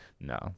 No